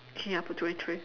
okay I put twenty three